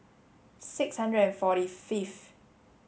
six hundred and forty fifth